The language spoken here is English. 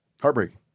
Heartbreaking